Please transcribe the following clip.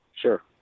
Sure